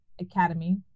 Academy